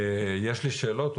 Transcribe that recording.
יש לי שאלות,